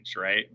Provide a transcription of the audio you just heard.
right